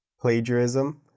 plagiarism